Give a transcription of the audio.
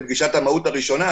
שפגישת המהות הראשונה,